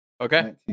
Okay